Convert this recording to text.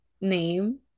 name